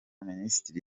minisiteri